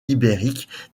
ibérique